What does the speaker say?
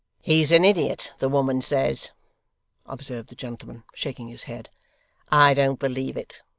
he's an idiot, the woman says observed the gentleman, shaking his head i don't believe it